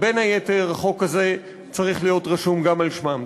בין היתר החוק הזה צריך להיות רשום גם על שמם.